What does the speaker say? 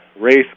race